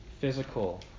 physical